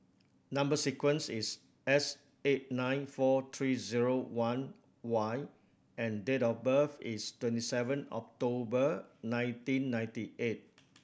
number sequence is S eight nine four three zero one Y and date of birth is twenty seven October nineteen ninety eight